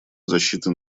защиты